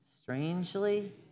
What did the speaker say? Strangely